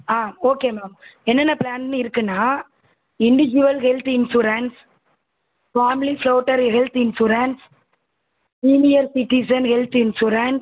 ஆ okay ma'am என்னென்ன ப்ளான்னு இருக்குதுன்னா individual health insurance family floater health insurance senior citizen health insurance